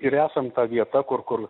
ir esam ta vieta kur kur